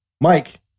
Mike